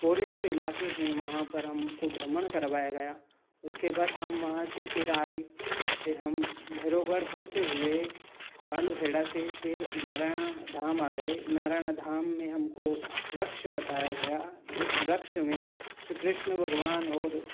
forest इलाके हैं वहाँ पर हमको भ्रमण करवाया गया उसके बाद हम वहाँ से फ़िर आए फ़िर हम भैरवगढ़ होते हुए काल हेड़ा से फ़िर नारायण धाम आ गए नारायण धाम में हमको वृक्ष बताया गया जिस वृक्ष में श्री कृष्ण भगवान और